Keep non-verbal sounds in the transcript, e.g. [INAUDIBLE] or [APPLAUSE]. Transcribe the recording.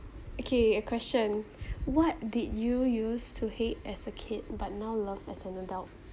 okay a question [BREATH] what did you use to hate as a kid but now love as an adult